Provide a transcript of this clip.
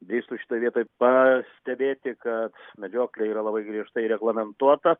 leisiu šitoje vietoj pastebėti kad medžioklė yra labai griežtai reglamentuota